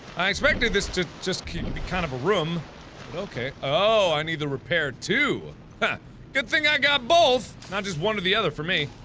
i expected this to just keep be kind of a room okay oh i need to repair too hah good thing i got both not just one of the other for me